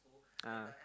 ah